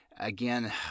Again